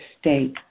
state